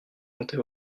montée